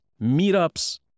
meetups